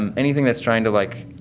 and anything that's trying to, like